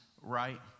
right